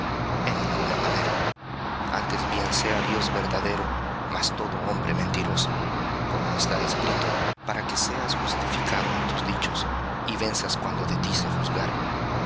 dios en ninguna manera antes bien sea dios verdadero mas todo hombre mentiroso como está escrito para que seas justificado en tus dichos y venzas cuando de ti se juzgare